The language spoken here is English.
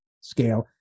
scale